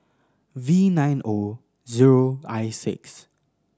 v nine O zero I six